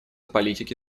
политики